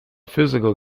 physical